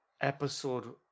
episode